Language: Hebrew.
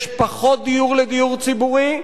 יש פחות דיור לדיור ציבורי,